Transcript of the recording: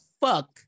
fuck